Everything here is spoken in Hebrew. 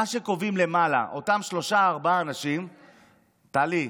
מה שקובעים למעלה אותם שלושה-ארבעה אנשים, טלי,